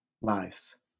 lives